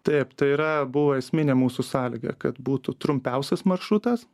taip tai yra buvo esminė mūsų sąlyga kad būtų trumpiausias maršrutas